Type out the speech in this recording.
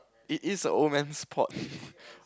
it is a old man sport